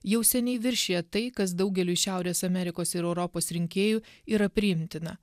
jau seniai viršija tai kas daugeliui šiaurės amerikos ir europos rinkėjų yra priimtina